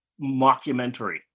mockumentary